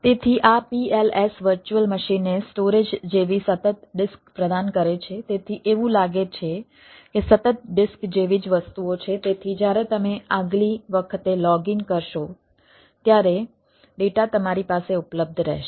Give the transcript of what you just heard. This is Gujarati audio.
તેથી આ PLS વર્ચ્યુઅલ મશીનને સ્ટોરેજ જેવી સતત ડિસ્ક કરશો ત્યારે ડેટા તમારી પાસે ઉપલબ્ધ રહેશે